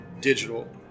digital